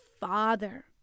father